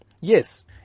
yes